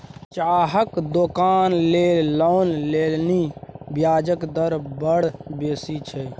चाहक दोकान लेल लोन लेलनि ब्याजे दर बड़ बेसी छै